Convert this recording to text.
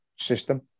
system